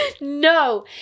No